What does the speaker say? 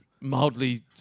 mildly